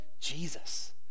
Jesus